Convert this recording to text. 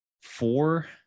four